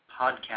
podcast